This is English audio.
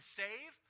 save